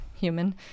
human